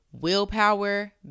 willpower